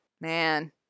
man